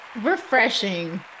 Refreshing